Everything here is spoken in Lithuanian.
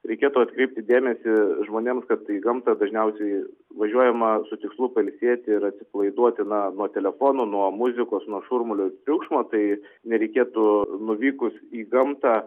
reikėtų atkreipti dėmesį žmonėms kad į gamtą dažniausiai važiuojama su tikslu pailsėti ir atsipalaiduoti na nuo telefono nuo muzikos nuo šurmulio ir triukšmo tai nereikėtų nuvykus į gamtą